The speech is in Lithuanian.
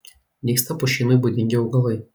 nyksta pušynui būdingi augalai